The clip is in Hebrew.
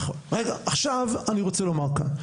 נכון, רגע עכשיו אני רוצה לומר כאן,